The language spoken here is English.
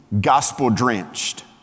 gospel-drenched